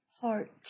heart